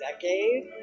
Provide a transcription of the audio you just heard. decade